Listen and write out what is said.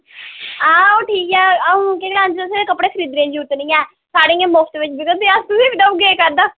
हां ओह् ठीक ऐ अ'ऊं केह् गलाऽ निं तुसें ई कपड़े खरीदने ई जरूरत निं ऐ साढ़े इ'यां मुफ्त बिच देई ओड़दे अस तुसें बी देई ओड़गे इक अद्धा